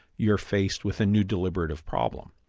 you're faced with a new deliberative problem.